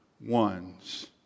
ones